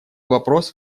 вопрос